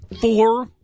Four